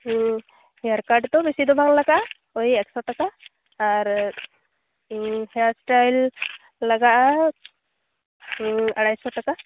hair ᱠᱟᱴ ᱫᱚ ᱵᱮᱥᱤ ᱫᱚ ᱵᱟᱝ ᱞᱟᱜᱟᱜᱼᱟ ᱳᱭ ᱮᱠᱥᱳ ᱴᱟᱠᱟ ᱟᱨ ᱦᱮᱭᱟᱨ ᱥᱴᱟᱭᱤᱞ ᱞᱟᱜᱟᱜᱼᱟ ᱟᱲᱟᱭᱥᱳ ᱴᱟᱠᱟ